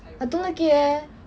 I don't like it leh